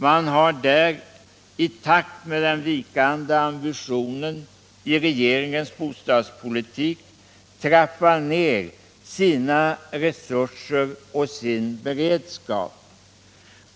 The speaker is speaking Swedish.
Man har där, i takt med den vikande ambitionen i regeringens bostadspolitik, trappat ned sina resurser och sin beredskap.